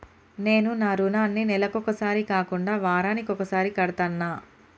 నేను నా రుణాన్ని నెలకొకసారి కాకుండా వారానికోసారి కడ్తన్నా